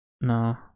No